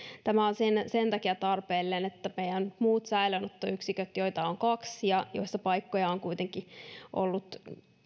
tämä on sen takia tarpeellinen että meidän muut säilöönottoyksiköt joita on kaksi ja joissa paikkoja on kuitenkin ollut